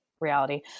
reality